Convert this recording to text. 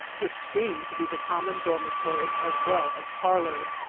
which seemed to be the common dormitory as well as parlor.